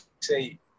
say